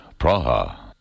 Praha